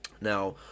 now